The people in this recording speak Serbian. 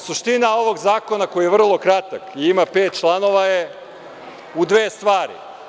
Suština ovog zakona koji je vrlo kratak i ima pet članova je u dve stvari.